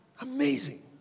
Amazing